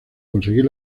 conseguir